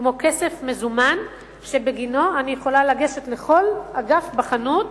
כמו כסף מזומן שבגינו אני יכולה לגשת לכל אגף בחנות,